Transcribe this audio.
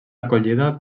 acollida